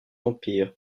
empire